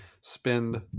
spend